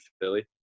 Philly